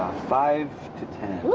five to ten.